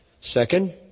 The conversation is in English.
Second